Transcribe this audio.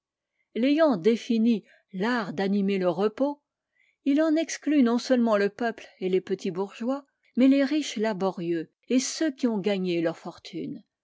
l'ayant définie l'art d'animer le repos il en exclut non seulement le peuple et les petits bourgeois mais les riches laborieux et ceux qui ont gagné leur fortune